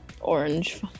Orange